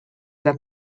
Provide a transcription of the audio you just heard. that